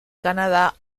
canadá